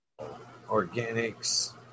organics